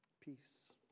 Peace